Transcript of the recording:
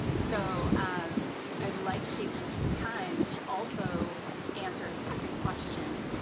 so um i'd like to take this time to also answer a second question,